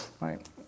right